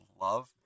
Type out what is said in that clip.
love